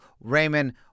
Raymond